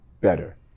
better